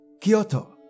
Kyoto